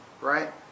Right